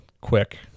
quick